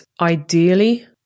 ideally